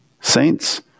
saints